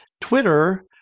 Twitter